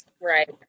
Right